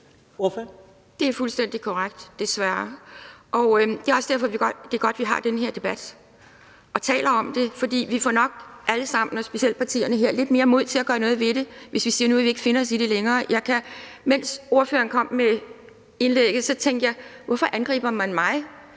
Det er fuldstændig korrekt, desværre, og det er også derfor, det er godt, at vi har den her debat og taler om det. For vi får nok alle sammen – og specielt partierne her – lidt mere mod til at gøre noget ved det, hvis vi siger, at nu vil vi ikke finde os i det længere. Mens ordføreren kom med indlægget, tænkte jeg: Hvorfor angriber man mig,